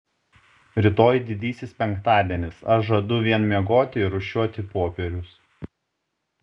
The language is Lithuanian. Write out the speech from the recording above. rytoj didysis penktadienis aš žadu vien miegoti ir rūšiuoti popierius